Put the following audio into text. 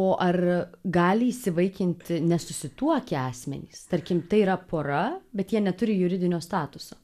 o ar gali įsivaikinti nesusituokę asmenys tarkim tai yra pora bet jie neturi juridinio statuso